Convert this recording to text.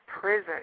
prison